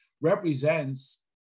represents